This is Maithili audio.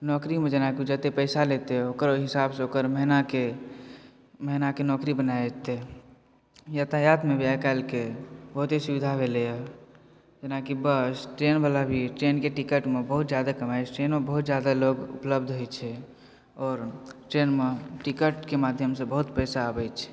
नौकरीमे जेना किछु हेतै पैसा लेतै ओकर ओहि हिसाबसँ ओकर महिनाके नौकरी बना देतै यातायातमे भी आइ काल्हिके बहुत ही सुविधा भेलैए जेनाकि बस ट्रेनवला भी ट्रेनके टिकटमे बहुत ज्यादा कमाइ होइत छै ट्रेनमे बहुत ज्यादा लोक उपलब्ध होइत छै आओर ट्रेनमे टिकटके माध्यमसँ बहुत पैसा आबैत छै